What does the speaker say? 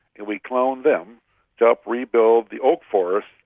and we cloned them to help rebuild the oak forests.